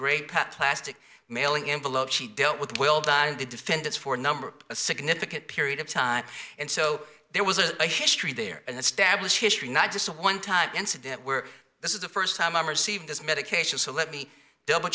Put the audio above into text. great pop plastic mailing envelopes she dealt with well by the defendants for a number a significant period of time and so there was a history there and established history not just a one time incident where this is the first time i'm receiving this medication so let me double